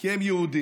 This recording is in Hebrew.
כי הם יהודים.